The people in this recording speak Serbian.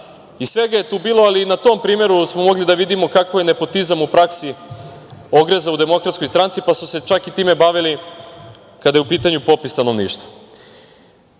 Svega je tu bilo, ali na tom primeru smo mogli da vidimo kako je nepotizam u praksi ogrezao u Demokratskoj stranci, pa su se čak i time bavili kada je u pitanju popis